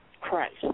Christ